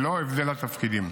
ללא הבדל בין התפקידים.